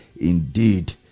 indeed